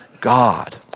God